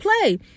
Play